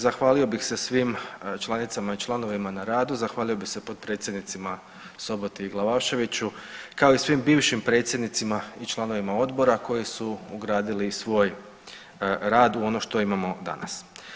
Zahvalio bih se svih članicama i članovima na radu, zahvalio bih se potpredsjednicima Soboti i Glavaševiću, kao i svim bivšim predsjednicima i članovima odbora koji su ugradili i svoj rad u ono što imamo danas.